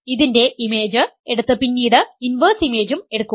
ഇതിൻറെ ഇമേജ് എടുത്ത് പിന്നീട് ഇൻവെർസ് ഇമേജും എടുക്കുക